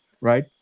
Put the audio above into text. right